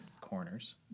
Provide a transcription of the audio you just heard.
corners